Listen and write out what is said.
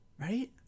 Right